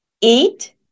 eat